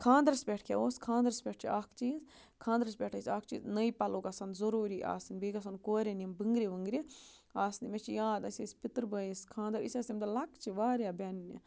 خاندرَس پٮ۪ٹھ کیٛاہ اوس خاندرَس پٮ۪ٹھ چھُ اَکھ چیٖز خاندرَس پٮ۪ٹھ ٲسۍ اَکھ چیٖز نٔے پَلو گژھن ضٔروٗری آسٕنۍ بیٚیہِ گژھَن کورٮ۪ن یِم بٔنٛگرِ ؤنٛگرِ آسنہِ مےٚ چھِ یاد أسۍ ٲسۍ پِتٕر بٲیِس خاندَر أسۍ ٲسۍ تَمہِ دۄہ لۄکچہِ واریاہ بیٚنٛنہِ